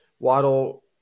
Waddle